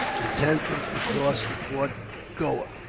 attempted to cross to fort goa,